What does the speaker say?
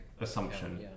assumption